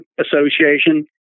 Association